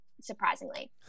Surprisingly